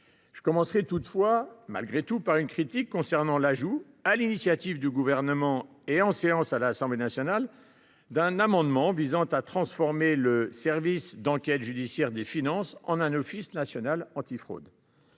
Je commencerai toutefois par émettre une critique concernant l’ajout, sur l’initiative du Gouvernement et en séance à l’Assemblée nationale, d’un amendement visant à transformer le service d’enquêtes judiciaires des finances (SEJF) en un Office national antifraude